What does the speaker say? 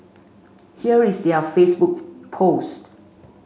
here is their Facebook post